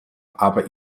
aber